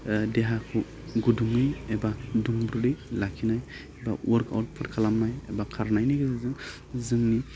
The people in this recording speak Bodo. देहाखौ गुदुङै एबा दुंब्रुदै लाखिनो एबा अवार्कआउटफोर खालामनाय एबा खारनायनि गेजेरजों जोंनि